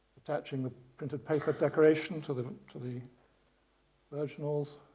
attaching the printed paper decoration to the to the virginals.